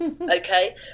Okay